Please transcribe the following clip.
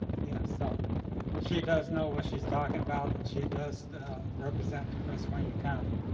yeah, so she does know what she's talking about, and she does represent prince william county.